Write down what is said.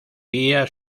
tía